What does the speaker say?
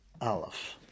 Aleph